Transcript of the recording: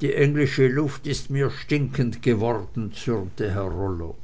die englische luft ist mir stinkend geworden zürnte herr rollo